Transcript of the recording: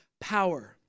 power